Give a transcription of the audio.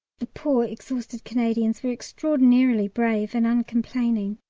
the poor exhausted canadians were extraordinarily brave and uncomplaining.